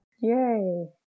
Yay